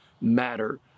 matter